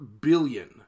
billion